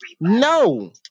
No